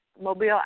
Mobile